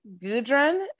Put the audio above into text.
Gudrun